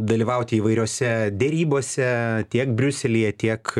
dalyvauti įvairiose derybose tiek briuselyje tiek